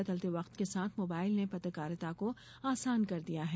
बदलते वक्त के साथ मोबाइल ने पत्रकारिता को आसान कर दिया है